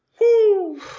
Woo